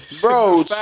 Bro